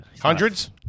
Hundreds